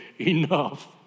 enough